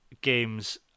games